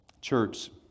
Church